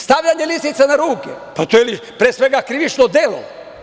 Stavljanje lisica na ruke, pa to je, pre svega, krivično delo.